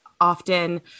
often